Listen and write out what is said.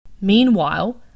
Meanwhile